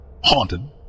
haunted